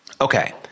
Okay